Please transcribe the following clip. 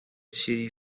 she